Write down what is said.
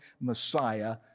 Messiah